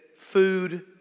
Food